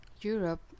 europe